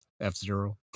f-zero